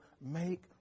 make